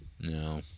No